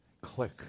click